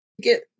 Get